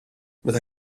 meta